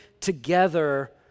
together